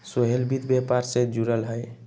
सोहेल वित्त व्यापार से जुरल हए